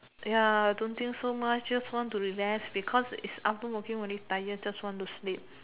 ya don't think so much just want to relax because is after working very tired just want to sleep